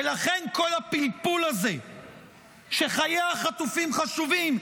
ולכן כל הפלפול הזה שחיי החטופים חשובים,